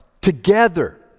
together